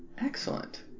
Excellent